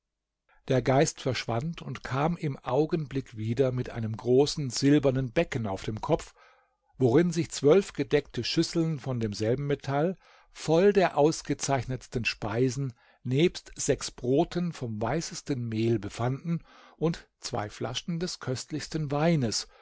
der geist verschwand und kam im augenblick wieder mit einem großen silbernen becken auf dem kopf worin sich zwölf gedeckte schüsseln von demselben metall voll der ausgezeichnetsten speisen nebst sechs broten vom weißesten mehl befanden und zwei flaschen des köstlichsten weines